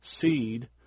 seed